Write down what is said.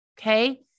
Okay